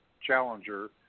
challenger